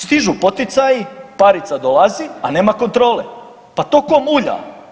Stižu poticaji, parica dolazi, a nema kontrole, pa to ko mulja.